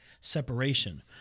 separation